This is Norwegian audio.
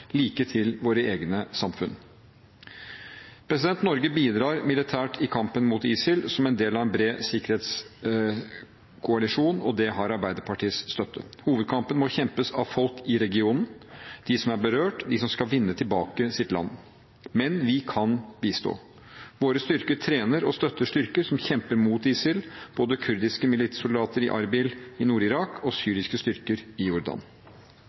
like til våre egne samfunn. Norge bidrar militært i kampen mot ISIL som en del av en bred sikkerhetskoalisjon, og det har Arbeiderpartiets støtte. Hovedkampen må kjempes av folk i regionen, dem som er berørt, dem som skal vinne tilbake sitt land. Men vi kan bistå. Våre styrker trener og støtter styrker som kjemper mot ISIL, både kurdiske militssoldater i Arbil i Nord-Irak og syriske styrker i Jordan.